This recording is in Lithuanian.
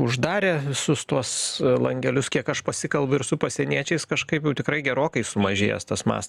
uždarė visus tuos langelius kiek aš pasikalbu ir su pasieniečiais kažkaip jau tikrai gerokai sumažėjęs tas mas